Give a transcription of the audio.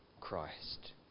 Christ